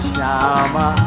Shama